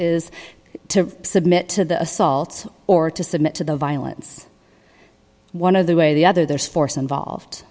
is to submit to the assault or to submit to the violence one of the way the other there's force involved